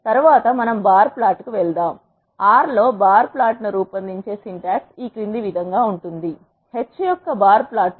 తరువాత మనము bar plot కు వెళ్దాము R లో బార్ ప్లాట్ను రూ పొందించే సింటాక్స్ ఈ క్రింది విధంగా ఉంటుంది h యొక్క బార్ ప్లాట్లు